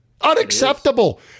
Unacceptable